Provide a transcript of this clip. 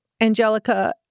Angelica